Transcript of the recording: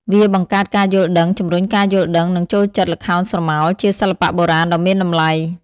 វាបង្កើតការយល់ដឹង ជំរុញការយល់ដឹង និងចូលចិត្តល្ខោនស្រមោល ជាសិល្បៈបុរាណដ៏មានតម្លៃ។